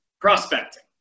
prospecting